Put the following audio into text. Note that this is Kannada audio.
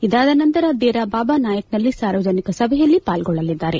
ಇದಾದ ನಂತರ ದೇರಾಬಾಬಾ ನಾಯಕ್ನಲ್ಲಿ ಸಾರ್ವಜನಿಕ ಸಭೆಯಲ್ಲಿ ಪಾಲ್ಗೊಳ್ಳಲಿದ್ದಾರೆ